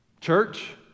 Church